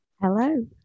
Hello